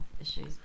issues